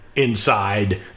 inside